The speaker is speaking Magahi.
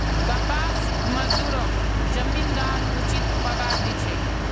कपास मजदूरक जमींदार उचित पगार दी छेक